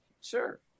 Sure